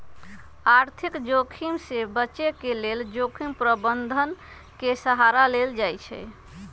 आर्थिक जोखिम से बचे के लेल जोखिम प्रबंधन के सहारा लेल जाइ छइ